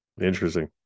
Interesting